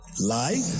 Lie